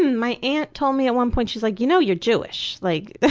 my aunt told me at one point, she's like, you know you're jewish, like,